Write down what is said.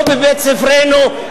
לא בבית-ספרנו.